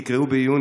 תקראו בעיון,